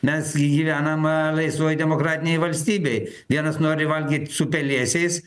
mes gi gyvenam laisvoj demokratinėj valstybėj vienas nori valgyt su pelėsiais